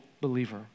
believer